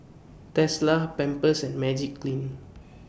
Tesla Pampers and Magiclean